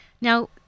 Now